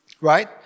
right